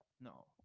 No